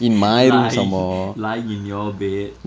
lie lie in your bed